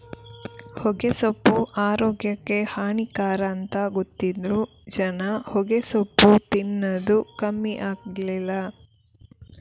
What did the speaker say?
ಹೊಗೆಸೊಪ್ಪು ಆರೋಗ್ಯಕ್ಕೆ ಹಾನಿಕರ ಅಂತ ಗೊತ್ತಿದ್ರೂ ಜನ ಹೊಗೆಸೊಪ್ಪು ತಿನ್ನದು ಕಮ್ಮಿ ಆಗ್ಲಿಲ್ಲ